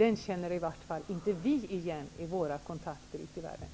inte är något som vi känner igen från våra kontakter ute i världen.